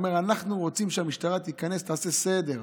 הוא אומר: אנחנו רוצים שהמשטרה תיכנס ותעשה סדר,